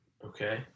Okay